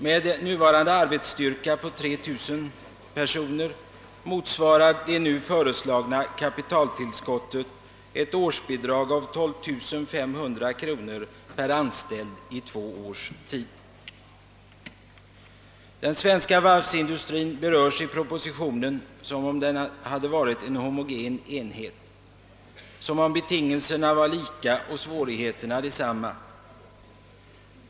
Med nuvarande arbets Den svenska varvsindustrin berörs i propositionen som om den hade varit en homogen enhet, där betingelserna vore lika och svårigheterna desamma.